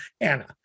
Anna